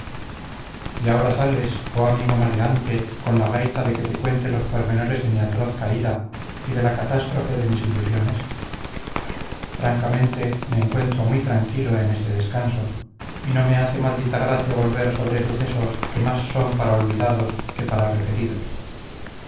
y ahora sales oh amigo maleante con la gaita de que te cuente los pormenores de mi atroz caída y de la catástrofe de mis ilusiones francamente me encuentro muy tranquilo en este descanso y no me hace maldita gracia volver sobre sucesos que más son para olvidados que para referidos